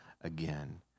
again